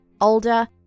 older